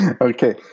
Okay